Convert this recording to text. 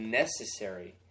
necessary